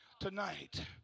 tonight